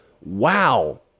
wow